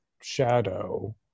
shadow